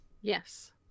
Yes